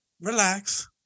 relax